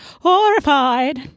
horrified